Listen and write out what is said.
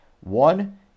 one